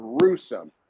gruesome